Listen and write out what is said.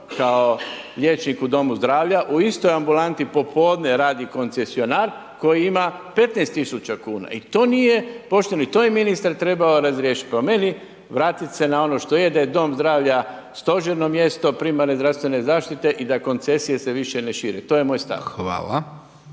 kao liječnik u domu zdravlja, u istoj ambulanti popodne radio koncesionar koji ima 15 000 kuna. i to nije pošteno i to je ministar trebao razriješit. Po meni vratit se na ono što je, da je dom zdravlja stožerno mjesto primarne zdravstvene zaštite i da koncesije se više ne šire. To je moj stav. **Hajdaš